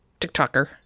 TikToker